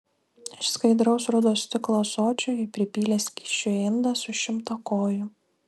iš skaidraus rudo stiklo ąsočio ji pripylė skysčio į indą su šimtakoju